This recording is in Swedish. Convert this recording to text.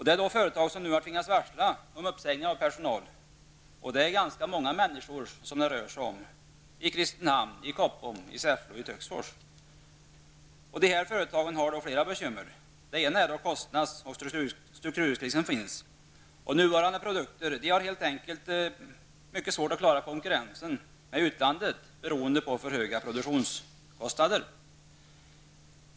Det är företag som nu har tvingats varsla om uppsägning av personal. Det rör sig om ganska många människor i Kristinehamn, i Koppom, i Säffle och i Dessa företag har flera bekymmer. Det ena är en kostnads och strukturkris. Nuvarande produkter har helt enkelt mycket svårt att klara konkurrensen med utlandet beroende på för höga produktionskostnader.